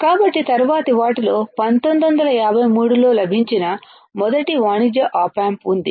కాబట్టి తరువాతి వాటిలో 1953 లో లభించిన మొదటి వాణిజ్య ఆప్ ఆంప్ ఉంది